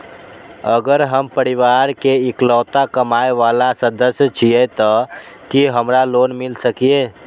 अगर हम परिवार के इकलौता कमाय वाला सदस्य छियै त की हमरा लोन मिल सकीए?